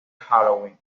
halloween